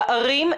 בערים,